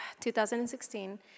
2016